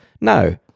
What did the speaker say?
No